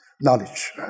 knowledge